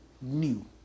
new